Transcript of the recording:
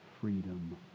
freedom